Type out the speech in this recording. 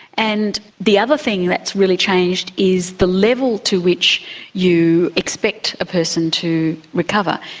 and the other thing that's really changed is the level to which you expect a person to recover.